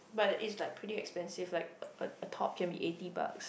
but it is like pretty expensive like a top can be eighty bucks